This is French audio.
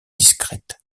discrètes